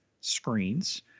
screens